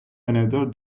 another